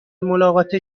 ملاقات